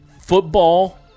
Football